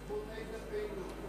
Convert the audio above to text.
בזכות איזה פעילות?